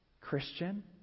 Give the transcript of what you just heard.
Christian